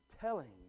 telling